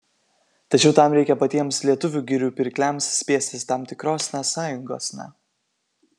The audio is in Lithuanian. tačiau tam reikia patiems lietuvių girių pirkliams spiestis tam tikrosna sąjungosna